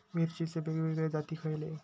मिरचीचे वेगवेगळे जाती खयले?